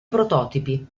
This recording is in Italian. prototipi